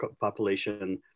population